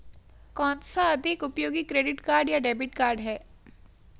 कौनसा अधिक उपयोगी क्रेडिट कार्ड या डेबिट कार्ड है?